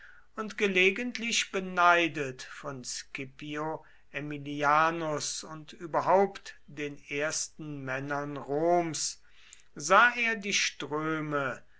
und gelegentlich beneidet von scipio aemilianus und überhaupt den ersten männern roms sah er die ströme